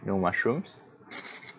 no mushrooms